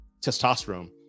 testosterone